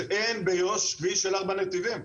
אין ביו"ש כביש של ארבעה נתיבים.